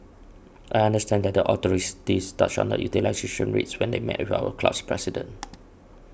I understand that the authorities touched on utilisations rates when they met with our club's president